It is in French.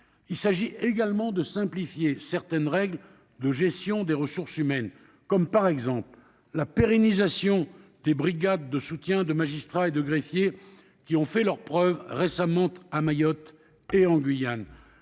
il convient également de simplifier certaines règles de gestion des ressources humaines. Je pense ainsi à la pérennisation des brigades de soutien de magistrats et de greffiers, qui ont récemment fait leurs preuves à Mayotte et en Guyane